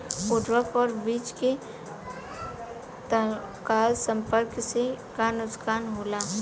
उर्वरक और बीज के तत्काल संपर्क से का नुकसान होला?